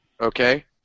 Okay